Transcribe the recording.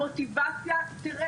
המוטיבציה תרד.